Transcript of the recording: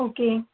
okay